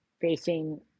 facing